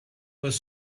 was